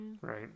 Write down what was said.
Right